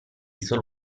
solo